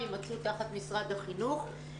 שכולם יימצאו תחת משרד החינוך יום אחד.